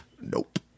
Nope